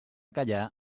callar